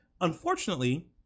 Unfortunately